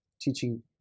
teaching